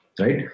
right